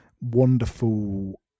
wonderful